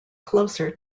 closer